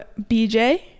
BJ